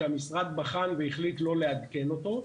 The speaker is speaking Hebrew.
שהמשרד בחן והחליט לא לעדכן אותו,